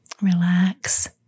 relax